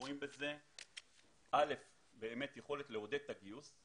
רואים בזה באמת יכולת לעודד את הגיוס.